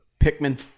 Pikmin